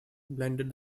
blended